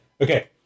Okay